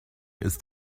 ist